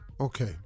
Okay